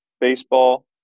baseball